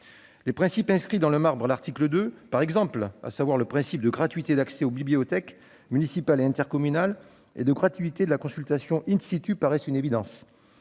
Les principes inscrits dans le marbre à l'article 2 par exemple, à savoir le principe de gratuité d'accès aux bibliothèques municipales et intercommunales et de gratuité de la consultation, paraissent une évidence.